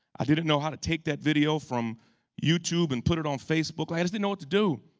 i didn't know how to take that video from youtube and put it on facebook. i just didn't know what to do.